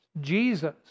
Jesus